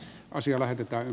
asia lähetetään